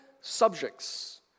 subjects